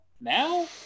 now